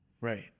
Right